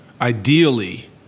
ideally